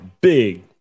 big